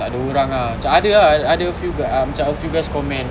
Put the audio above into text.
takde orang ah cam ada ah ada a few juga a few guys comment